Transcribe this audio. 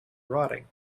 rotting